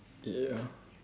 ya